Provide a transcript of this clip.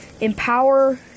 empower